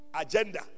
agenda